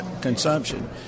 consumption